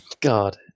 God